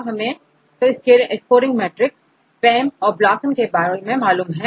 अब हमें तो स्कोरिंग मेट्रिक PAM औरBLOSUM के बारे में मालूम है